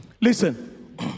Listen